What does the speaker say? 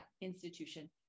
institution